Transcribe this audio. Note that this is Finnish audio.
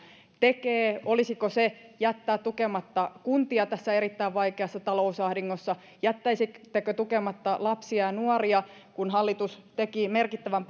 tekee tulisiko jättää tukematta kuntia tässä erittäin vaikeassa talousahdingossa jättäisittekö tukematta lapsia ja nuoria kun taas hallitus teki merkittävän